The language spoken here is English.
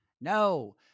No